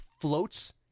floats